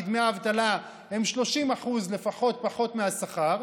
כי דמי האבטלה הם 30% לפחות פחות מהשכר,